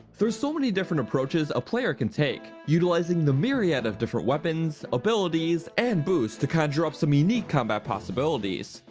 there's so many different approaches a player can take, utilizing the myriad of different weapons, abilities, and boosts to conjure up some unique combat possibilities.